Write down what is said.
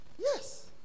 Yes